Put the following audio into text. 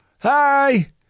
Hi